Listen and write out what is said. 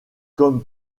comme